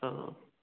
ꯑꯥ